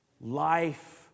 Life